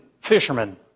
fishermen